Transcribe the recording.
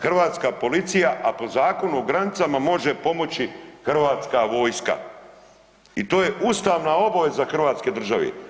Hrvatska policija, a po Zakonu o granicama može pomoći Hrvatska vojska i to je ustavna obaveza Hrvatske države.